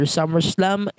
SummerSlam